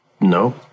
no